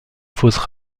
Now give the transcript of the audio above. fosses